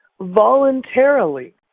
voluntarily